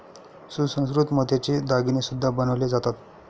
सुसंस्कृत मोत्याचे दागिने सुद्धा बनवले जातात